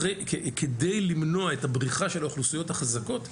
כדי למנוע את הבריחה של האוכלוסיות החזקות,